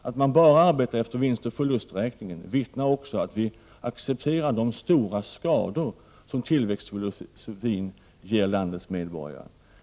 Att man bara arbetar efter vinstoch förlusträkningen vittnar också om att vi accepterar de stora skador som tillväxtfilosofin ger landets medborgare.